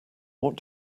what